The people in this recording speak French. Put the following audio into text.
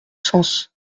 sens